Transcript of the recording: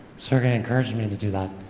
sergey encouraged me to do that,